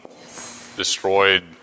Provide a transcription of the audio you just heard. destroyed